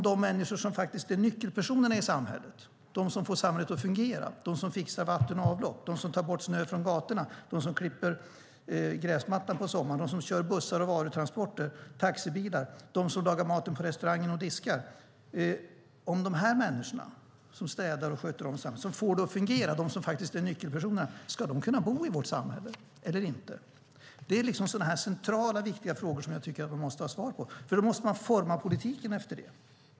De människor som faktiskt är nyckelpersoner i samhället, de som får samhället att fungera, de som fixar vatten och avlopp, de som tar bort snö från gatorna, de som klipper gräsmattan på sommaren, de som kör buss, varutransporter och taxi, de som lagar maten och diskar på restaurangerna, de som får samhället att fungera - ska de kunna bo i vårt samhälle eller inte? Det är centrala och viktiga frågor som vi måste ha svar på, och sedan måste politiken formas efter det.